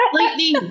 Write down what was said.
Lightning